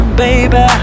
baby